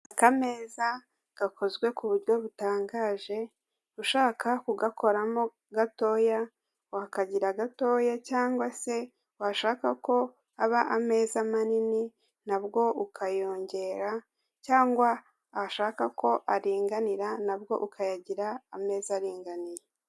Akameza gakozwe ku buryo butangaje, ushaka kugakoramo gatoya wakagira gatoya cyangwa se washaka ko aba ameza manini nabwo ukayongera cyangwa washaka ko aringanira nabwo ukayagira ameza aringaniye.